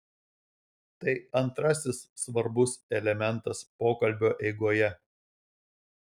tai antrasis svarbus elementas pokalbio eigoje